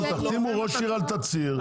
תחתימו ראש עיר על תצהיר,